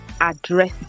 address